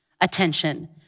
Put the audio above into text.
attention